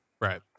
Right